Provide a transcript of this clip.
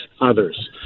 others